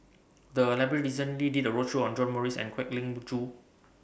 The Library recently did A roadshow on John Morrice and Kwek Leng Joo